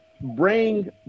bring